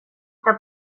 eta